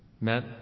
met